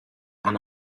and